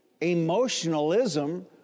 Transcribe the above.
emotionalism